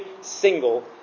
single